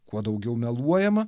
kuo daugiau meluojama